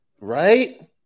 Right